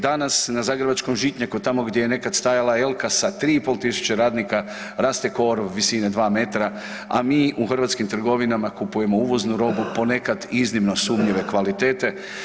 Danas na zagrebačkom Žitnjaku tamo gdje je nekada stajala Elka sa 3 i pol tisuće radnika raste korov visine 2 metra, a mi u hrvatskim trgovinama kupujemo uvoznu robu, ponekad iznimno sumnjive kvalitete.